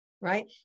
right